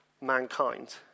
mankind